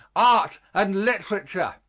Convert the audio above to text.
art and literature.